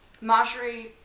marjorie